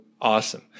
Awesome